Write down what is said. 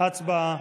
הצבעה.